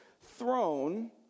throne